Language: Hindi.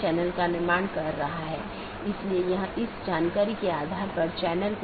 जैसा कि हमने पहले उल्लेख किया है कि विभिन्न प्रकार के BGP पैकेट हैं